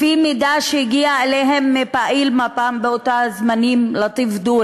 לפי מידע שהגיע אליהם מפעיל מפ"ם באותם זמנים,